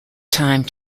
time